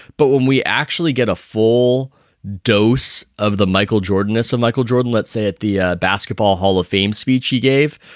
but when we actually get a full dose of the michael jordan s of michael jordan, let's say, at the ah basketball hall of fame speech he gave.